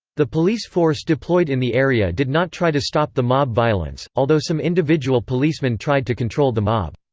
the police force deployed in the area did not try to stop the mob violence, although some individual policemen tried to control the mob.